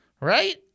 right